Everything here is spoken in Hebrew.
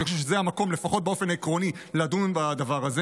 אני חושב שזה המקום לדון בדבר הזה